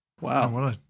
Wow